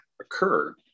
occur